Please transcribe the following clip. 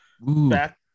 Back